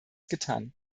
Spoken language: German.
getan